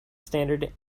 standard